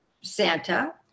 Santa